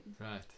Right